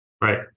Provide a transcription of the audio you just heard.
right